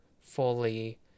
fully